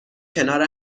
کنار